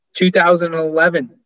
2011